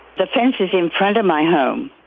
the fence is in front of my home.